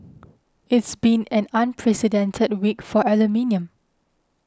it's been an unprecedented week for aluminium